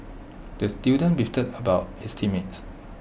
the student beefed about his team mates